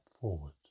forward